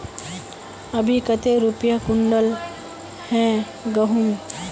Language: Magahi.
अभी कते रुपया कुंटल है गहुम?